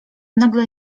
nagle